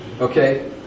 Okay